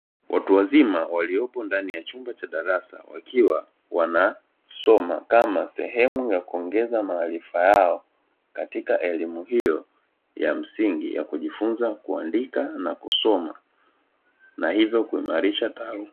Watu wazima waliopo ndani ya chumba cha darasa, wakiwa wanasoma kama sehemu ya kuongeza maarifa yao, katika elimu hiyo ya msingi ya kujifunza kuandika na kusoma na hivyo kuimarisha taaluma.